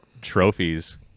trophies